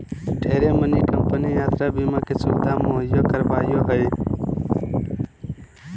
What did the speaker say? ढेरे मानी कम्पनी यात्रा बीमा के सुविधा मुहैया करावो हय